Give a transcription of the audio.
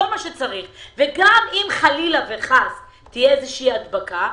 כל מה שצריך גם אם חלילה וחס תהיה איזושהי הדבקה,